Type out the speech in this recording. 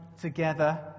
together